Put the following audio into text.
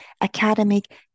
academic